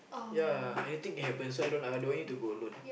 ya anything can happen so I don't like I don't want you to go alone